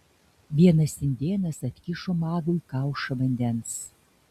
vienas indėnas atkišo magui kaušą vandens